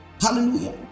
Hallelujah